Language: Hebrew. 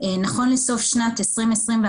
שנכון לסוף שנת 2021,